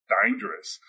dangerous